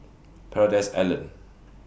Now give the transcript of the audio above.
Paradise Island